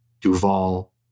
Duvall